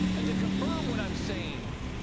and to confirm what i'm saying,